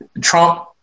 Trump